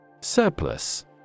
Surplus